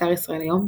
באתר ישראל היום,